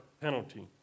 penalty